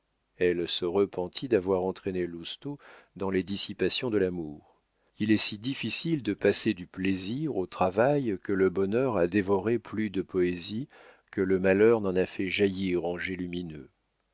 elle se repentit d'avoir entraîné lousteau dans les dissipations de l'amour il est si difficile de passer du plaisir au travail que le bonheur a dévoré plus de poésies que le malheur n'en a fait jaillir en jets lumineux